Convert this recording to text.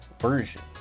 version